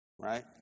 Right